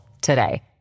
today